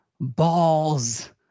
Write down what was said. balls